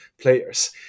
players